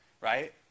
right